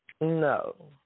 No